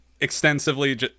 extensively